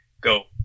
go